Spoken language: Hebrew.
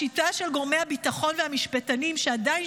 השיטה של גורמי הביטחון והמשפטנים שעדיין